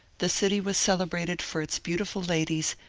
the city was celebrated for its beautiful ladies,